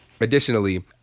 additionally